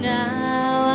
now